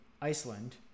Iceland